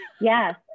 Yes